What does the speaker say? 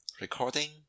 Recording